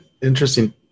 interesting